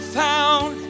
found